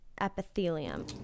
epithelium